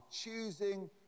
choosing